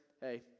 hey